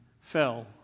fell